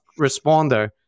responder